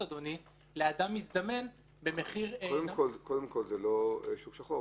לאדם מזדמן במחיר --- קודם כול זה לא שוק שחור,